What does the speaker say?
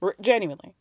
Genuinely